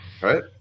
right